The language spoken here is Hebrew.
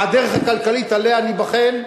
והדרך הכלכלית, עליה ניבחן.